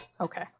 Okay